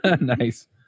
Nice